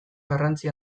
garrantzi